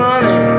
Money